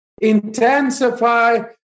Intensify